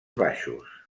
baixos